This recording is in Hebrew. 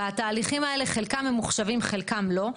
התהליכים האלה, חלקם ממוחשבים וחלקם לא.